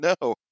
No